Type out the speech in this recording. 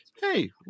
hey